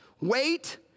Wait